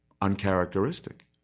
uncharacteristic